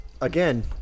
again